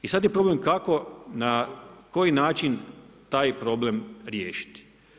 I sad je problem kako, na koji način taj problem riješiti.